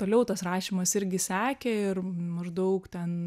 toliau tas rašymas irgi sekė ir maždaug ten